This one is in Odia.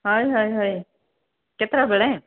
ହଏ ହଏ ହଏ କେତେଟା ବେଳେ